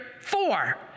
four